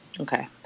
Okay